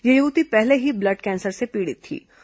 यह युवती पहले ही ब्लड कैंसर से पीड़ित थीं